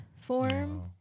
form